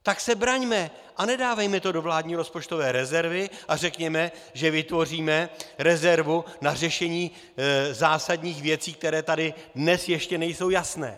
Tak se braňme a nedávejme to do vládní rozpočtové rezervy a řekněme, že vytvoříme rezervu na řešení zásadních věcí, které tady dnes ještě nejsou jasné.